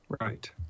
right